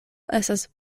estas